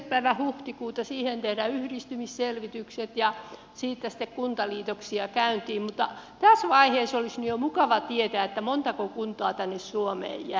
päivä huhtikuuta siihen tehdään yhdistymisselvitykset ja siitä sitten kuntaliitoksia käyntiin niin tässä vaiheessa olisi jo mukava tietää montako kuntaa tänne suomeen jää